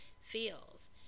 feels